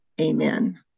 Amen